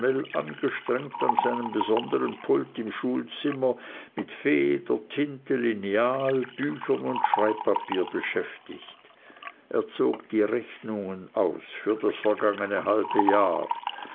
angestrengt an seinem besondern pult im schulzimmer mit feder tinte lineal büchern und schreibpapier betätigt er zog die rechnungen aus für das vergangene halbe jahr